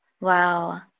wow